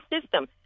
system